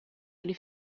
или